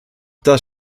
das